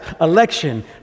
election